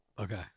Okay